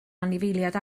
anifeiliaid